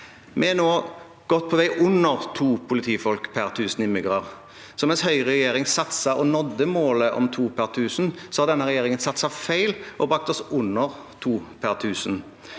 Vi er nå godt på vei mot under to politifolk per tusen innbyggere. Mens høyreregjeringen satset og nådde målet om to per tusen, har denne regjeringen satset feil og brakt oss under to per tusen.